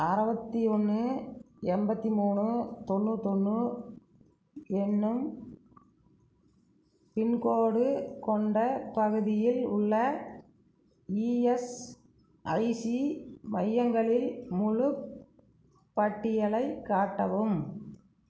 அறபத்தி ஒன்று எண்பத்தி மூணு தொண்ணூத்தொன்று என்னும் பின்கோட் கொண்ட பகுதியில் உள்ள இஎஸ்ஐசி மையங்களின் முழுப் பட்டியலை காட்டவும்